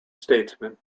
statesman